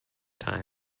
time